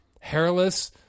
hairless